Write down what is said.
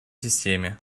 системе